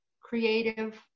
creative